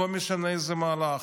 לא משנה איזה מהלך: